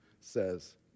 says